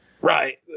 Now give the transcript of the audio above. right